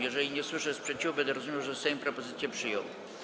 Jeżeli nie usłyszę sprzeciwu, będę rozumiał, że Sejm propozycję przyjął.